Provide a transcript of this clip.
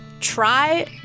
try